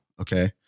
Okay